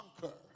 conquer